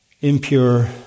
impure